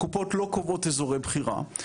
הקופות לא קובעות אזורי בחירה,